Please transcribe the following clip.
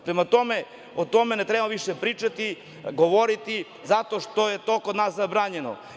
Prema tome, o tome ne treba više pričati, govoriti, zato što je to kod nas zabranjeno.